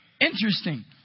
interesting